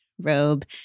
robe